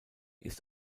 ist